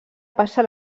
passa